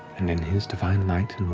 and in his divine light